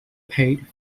paid